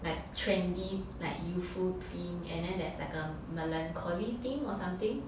like trendy like youthful theme and then there's like a melancholy theme or something